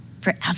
forever